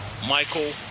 Michael